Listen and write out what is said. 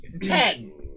Ten